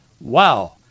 Wow